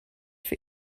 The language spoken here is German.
für